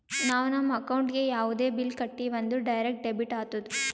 ನಾವು ನಮ್ ಅಕೌಂಟ್ಲೆ ಯಾವುದೇ ಬಿಲ್ ಕಟ್ಟಿವಿ ಅಂದುರ್ ಡೈರೆಕ್ಟ್ ಡೆಬಿಟ್ ಆತ್ತುದ್